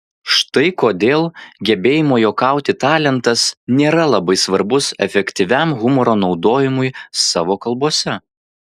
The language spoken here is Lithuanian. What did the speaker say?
štai kodėl gebėjimo juokauti talentas nėra labai svarbus efektyviam humoro naudojimui savo kalbose